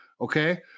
okay